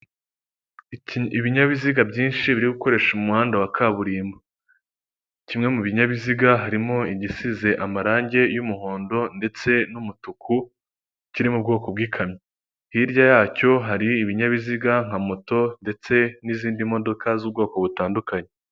Icyumba cy'inama kirimo abayitabiriye bari mu mwambaro usa w'umweruru imipira y'umweru, ameza ariho ibitambaro by'umukara, hariho amazi n'udutabo n'intebe ziri mu ibara ry'umutuku imbere yabo hari porojegiteri, ikimurika kibereka ingingo bari bwigeho cyangwa ibyo bari kwigaho.